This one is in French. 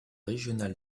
régionale